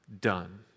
done